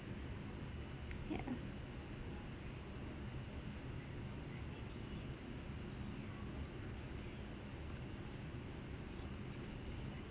yeah